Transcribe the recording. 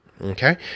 Okay